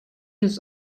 yüz